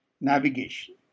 navigation